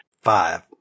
five